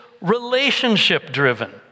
relationship-driven